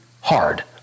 hard